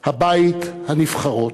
הבית הנבחרות,